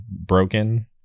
broken